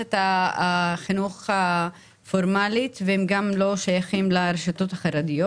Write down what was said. למערכת החינוך הפורמלית והם גם לא שייכים לרשתות החרדיות.